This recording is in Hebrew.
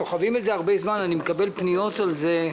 סוחבים את זה הרבה זמן ואני מקבל פניות על זה.